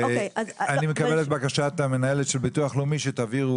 אני מקבל את בקשת המנהלת של ביטוח לאומי שתעבירו